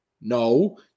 No